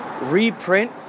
reprint